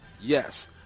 Yes